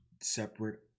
separate